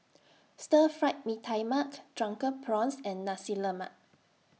Stir Fried Mee Tai Mak Drunken Prawns and Nasi Lemak